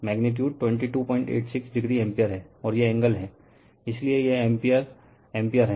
magnitude 2286o ampere हैं और ये एंगल हैं इसलिए यह एम्पीयर एम्पीयर है